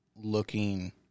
looking